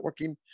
networking